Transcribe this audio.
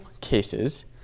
cases